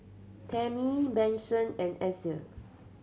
Tami Manson and Axel